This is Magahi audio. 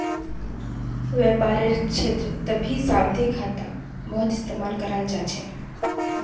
व्यापारेर क्षेत्रतभी सावधि खाता बहुत इस्तेमाल कराल जा छे